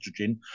estrogen